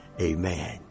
Amen